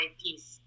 peace